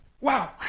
Wow